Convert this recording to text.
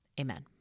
Amen